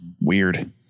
weird